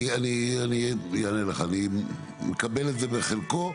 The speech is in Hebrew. אני אענה לך: אני מקבל את זה בחלקו,